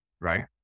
right